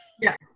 yes